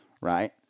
right